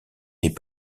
les